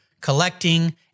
collecting